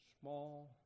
small